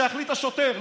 שיחליט השוטר,